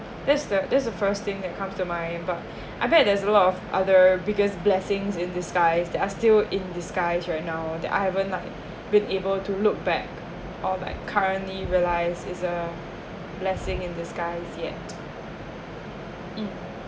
that's the this is first thing that comes to my but I bet there's a lot of other biggest blessings in disguise that are still in disguise right now that I haven't like been able to look back or like currently realise it's the blessing in disguise yet mm